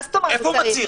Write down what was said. איפה הוא מצהיר?